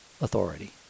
authority